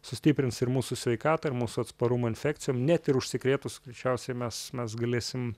sustiprins ir mūsų sveikatą ir mūsų atsparumą infekcijom net ir užsikrėtus greičiausiai mes mes galėsim